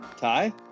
Ty